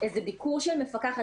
איזה ביקור של מפקחת.